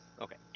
okay